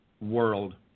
world